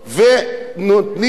אתם לא ראיתם את האנשים.